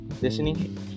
listening